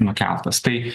nukeltas tai